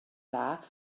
dda